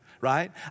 right